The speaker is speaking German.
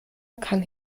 kann